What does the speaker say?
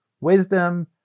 wisdom